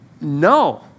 No